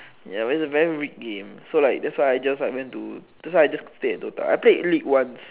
ya it's a very rigged game so like that's why I just went to that's why I stayed in DOTA I played league once